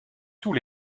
tous